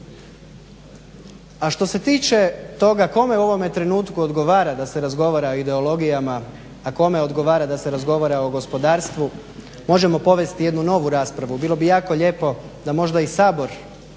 A što se tiče toga kome u ovome trenutku odgovara da se razgovara o ideologijama, a kome odgovara da se razgovara o gospodarstvu možemo povesti jednu novu raspravu. Bilo bi jako lijepo da možda i Sabor